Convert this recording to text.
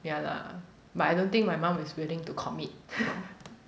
ya lah but I don't think my mum is willing to commit